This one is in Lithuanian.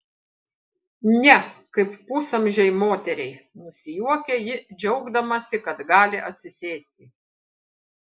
ne kaip pusamžei moteriai nusijuokia ji džiaugdamasi kad gali atsisėsti